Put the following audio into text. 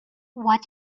what